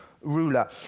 ruler